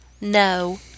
No